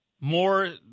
More